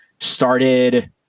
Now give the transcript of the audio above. started